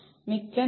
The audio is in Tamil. மிக்க நன்றி